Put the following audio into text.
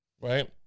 right